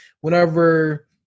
whenever